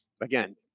again